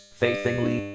faithingly